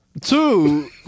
Two